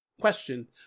Question